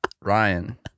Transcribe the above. Ryan